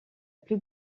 plus